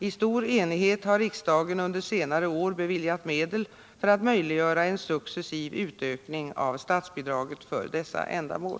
I stor enighet har riksdagen under senare år beviljat medel för att möjliggöra en successiv utökning av statsbidraget för dessa ändamål.